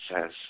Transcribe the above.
says